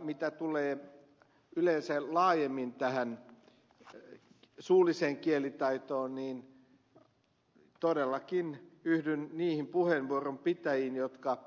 mitä tulee yleensä laajemmin suulliseen kielitaitoon niin todellakin yhdyn niihin puheenvuoron pitäjiin jotka